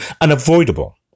unavoidable